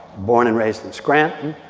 born and raised in scranton,